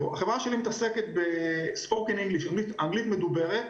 החברה שלי עוסקת באנגלית מדוברת.